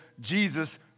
Jesus